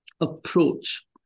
approach